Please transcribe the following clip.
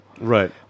Right